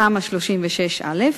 תמ"א 36א,